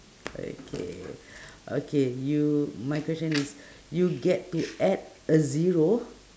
okay okay you my question is you get to add a zero